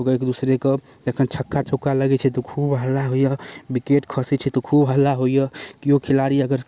एक दोसराके जखन छक्का चौका लगै छै तऽ खूब हल्ला होइए विकेट खसै छै तऽ खूब हल्ला होइए केओ खेलाड़ी अगर